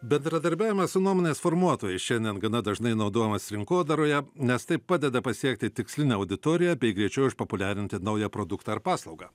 bendradarbiavimas su nuomonės formuotojais šiandien gana dažnai naudojamas rinkodaroje nes tai padeda pasiekti tikslinę auditoriją bei greičiau išpopuliarinti naują produktą ar paslaugą